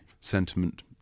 sentiment